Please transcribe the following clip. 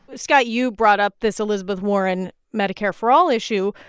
scott, you brought up this elizabeth warren medicare for all issue.